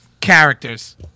characters